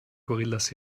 gorillas